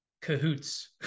Cahoots